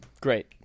Great